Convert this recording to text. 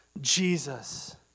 Jesus